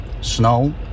Snow